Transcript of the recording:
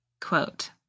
Quote